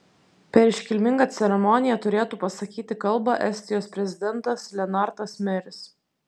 per iškilmingą ceremoniją turėtų pasakyti kalbą estijos prezidentas lenartas meris